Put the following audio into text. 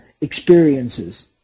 experiences